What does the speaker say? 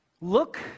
look